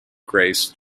grace